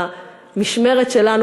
במשמרת שלנו,